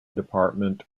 department